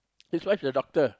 his wife's a doctor